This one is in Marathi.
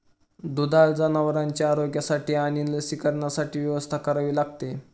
दुधाळ जनावरांच्या आरोग्यासाठी आणि लसीकरणासाठी व्यवस्था करावी लागते